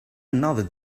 another